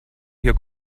hier